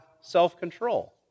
self-control